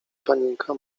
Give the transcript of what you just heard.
panienka